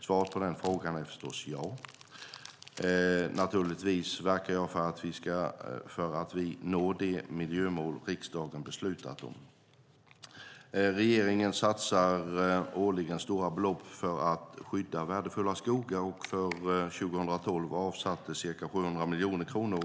Svaret på den frågan är förstås ja. Naturligtvis verkar jag för att vi når de miljömål riksdagen beslutat om. Regeringen satsar årligen stora belopp för att skydda värdefulla skogar, och för 2012 satsades ca 700 miljoner kronor.